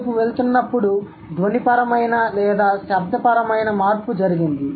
వైపు వెళుతున్నప్పుడు ధ్వనిపరమైన లేదా శబ్దపరమైన మార్పు జరిగింది